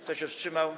Kto się wstrzymał?